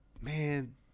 man